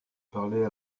parler